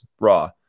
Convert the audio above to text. raw